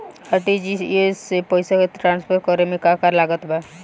RTGS से पईसा transfer करे मे का का लागत बा?